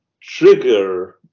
trigger